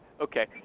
Okay